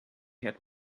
had